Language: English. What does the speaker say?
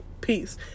Peace